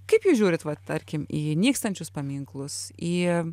kaip jūs žiūrit vat tarkim į nykstančius paminklus į